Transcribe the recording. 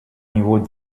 niveaux